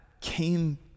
came